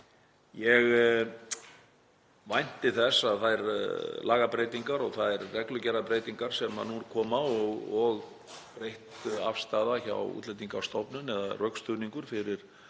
Ég vænti þess að þær lagabreytingar og þær reglugerðarbreytingar sem nú koma og breytt afstaða hjá Útlendingastofnun, eða rökstuðningur, til